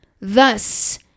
Thus